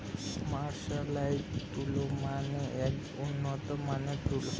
mercerised তুলো মানে একটি উন্নত মানের তুলো